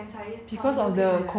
because of the COVID